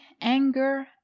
anger